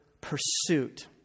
pursuit